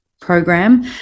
program